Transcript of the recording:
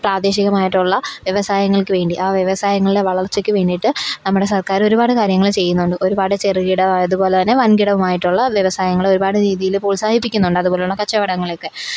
പ്രാദേശികമായിട്ടുള്ള വ്യവസായങ്ങൾക്കു വേണ്ടി ആ വ്യവസായങ്ങളുടെ വളർച്ചക്ക് വേണ്ടിയിട്ട് നമ്മുടെ സർക്കാർ ഒരുപാട് കാര്യങ്ങൾ ചെയ്യുന്നുണ്ട് ഒരുപാട് ചെറുകിട അതുപോലെതന്നെ വൻകിടമായിട്ടുള്ള വ്യവസായങ്ങൾ ഒരുപാട് രീതിയിൽ പ്രോത്സാഹിപ്പിക്കുന്നുണ്ട് അതുപോലെയുള്ള കച്ചവടങ്ങളൊക്കെ